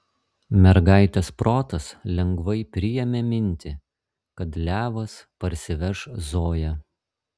mergaitės protas lengvai priėmė mintį kad levas parsiveš zoją